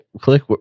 Click